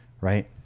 right